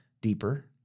deeper